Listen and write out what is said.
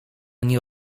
nie